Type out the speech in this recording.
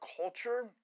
culture